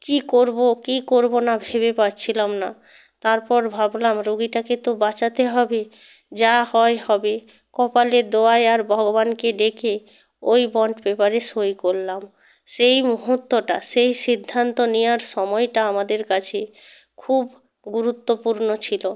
কি করবো কি করবো না ভেবে পাচ্ছিলাম না তার পর ভাবলাম রুগীটাকে তো বাঁচাতে হবে যা হয় হবে কপালের দোহাই আর ভগবানকে ডেকে ওই বন্ড পেপারে সই করলাম সেই মুহূত্তটা সেই সিদ্ধান্ত নেওয়ার সময়টা আমাদের কাছে খুব গুরুত্বপূর্ণ ছিলো